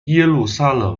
耶路撒冷